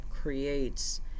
creates